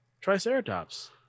triceratops